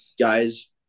guys